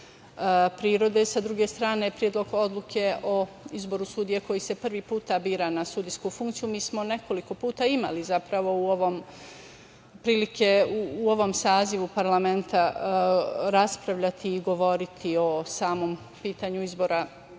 Sa druge strane, Predlog odluke od izboru sudija koji se prvi put biraju na sudijsku funkciju. Mi smo nekoliko puta imali zapravo prilike u ovom sazivu parlamenta raspravljati i govoriti o samom pitanju izbora